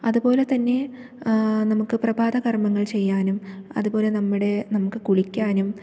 അതുപോലെതന്നെ നമുക്ക് പ്രഭാത കർമ്മങ്ങൾ ചെയ്യാനും അതുപോലെ നമ്മുടെ നമുക്ക് കുളിക്കാനും